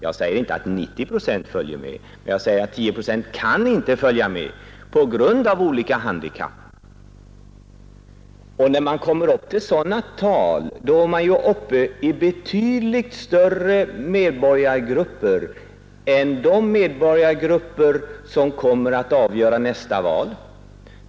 Jag säger inte att 90 procent följer med utan att 10 procent inte kan följa med på grund av olika handikapp. När man kommer upp till sådana tal, gäller det betydligt större medborgargrupper än de som kommer att avgöra nästa val.